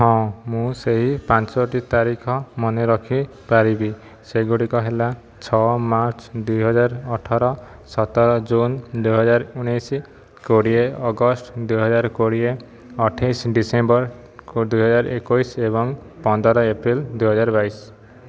ହଁ ମୁଁ ସେଇ ପାଞ୍ଚଟି ତାରିଖ ମନେରଖି ପାରିବି ସେଗୁଡ଼ିକ ହେଲା ଛଅ ମାର୍ଚ୍ଚ ଦୁଇହଜାର ଅଠର ସତର ଜୁନ ଦୁଇହଜାର ଉଣେଇଶ କୋଡ଼ିଏ ଅଗଷ୍ଟ ଦୁଇହଜାର କୋଡ଼ିଏ ଅଠେଇଶ ଡିସେମ୍ବର ଦୁଇହଜାର ଏକୋଇଶ ଏବଂ ପନ୍ଦର ଏପ୍ରିଲ ଦୁଇହଜାର ବାଇଶ